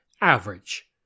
average